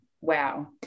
wow